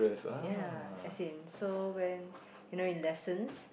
ya as in so when you know in lessons